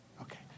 Okay